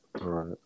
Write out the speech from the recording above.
Right